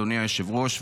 אדוני היושב-ראש,